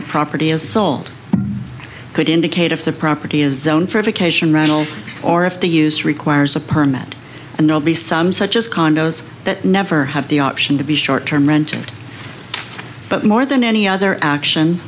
a property is sold could indicate if the property is known for a vacation rental or if they use requires a permit and they'll be some such as condos that never have the option to be short term renters but more than any other